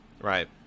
Right